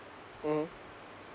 mmhmm